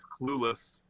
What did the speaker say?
clueless